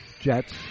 Jets